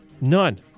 none